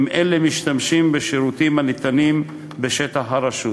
אם הם משתמשים בשירותים הניתנים בשטח הרשות.